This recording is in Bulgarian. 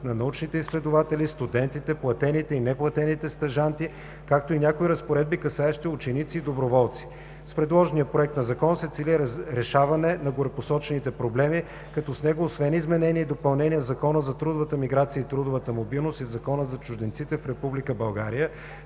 на научните изследователи, студентите, платените и неплатените стажанти, както и някои разпоредби, касаещи ученици и доброволци. С предложения Проект на закон се цели решаване на горепосочените проблеми, като с него освен изменения и допълнения в Закона за трудовата миграция и трудовата мобилност и в Закона за чужденците в Република България